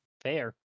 Fair